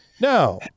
Now